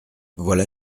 voilà